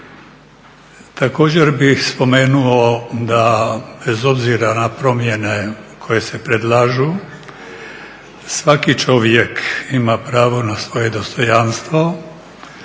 Također bih spomenuo da bez obzira na promjene koje se predlažu svaki čovjek ima pravo na svoje dostojanstvo,